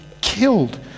killed